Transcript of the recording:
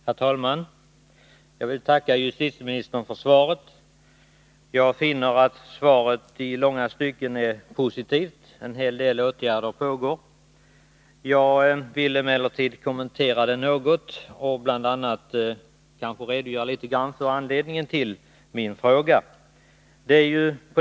Herr talman! Jag vill tacka justitieministern för svaret. Det är i långa stycken positivt, och där redovisas att en hel del arbete pågår. Jag vill emellertid kommentera svaret något och också redogöra litet för anledningen till min fråga.